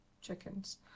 chickens